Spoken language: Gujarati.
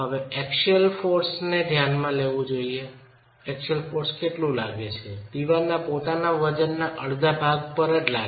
એક્સિયલ યોગદાનને ધ્યાનમાં લેવું જોઈએ દિવાલના પોતાનું વજન અડધા ભાગ ઉપર જ લાગે છે